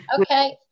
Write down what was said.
Okay